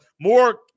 more